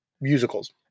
musicals